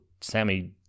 Sammy